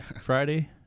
friday